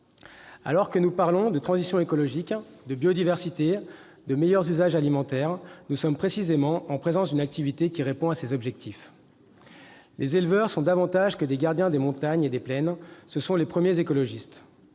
Alors que nous parlons de transition écologique, de biodiversité, de meilleurs usages alimentaires, nous sommes précisément en présence d'une activité qui répond à ces objectifs. Les éleveurs sont davantage que des gardiens des montagnes et des plaines, ce sont les premiers écologistes